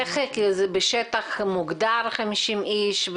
בשטח מוגדר 50 איש?